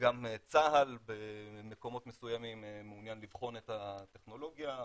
גם צה"ל במקומות מסוימים מעוניין לבחון את הטכנולוגיה,